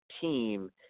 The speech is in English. team